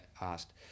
asked